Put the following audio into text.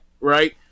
right